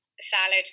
salad